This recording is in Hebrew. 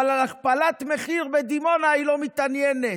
אבל בהכפלת מחיר בדימונה היא לא מתעניינת,